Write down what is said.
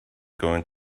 going